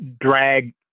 drag